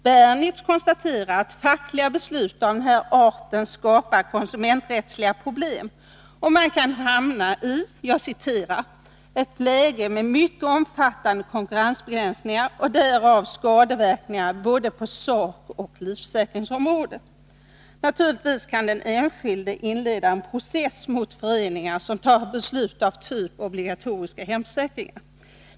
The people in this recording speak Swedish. Berlitz konstaterar att fackliga beslut av den här arten skapar konsumenträttsliga problem och att man kan hamna ”i ett läge med mycket omfattande konkurrensbegränsningar och därav skadeverkningar både på sakoch livförsäkringsområdet”. Naturligtvis kan den enskilde inleda en process mot föreningar som tar beslut av typ ”obligatoriska hemförsäkringar”.